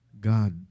God